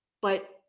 But-